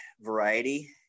variety